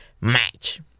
match